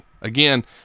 Again